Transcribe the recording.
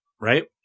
Right